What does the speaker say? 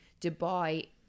Dubai